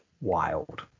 wild